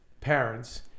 parents